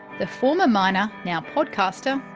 the former miner now podcaster.